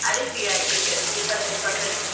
ಅದಕ್ಕೆ ರಿಯಾಯಿತಿ ಇದೆ ಇಪತ್ತೈದು ಪರ್ಸೆಂಟು